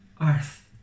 earth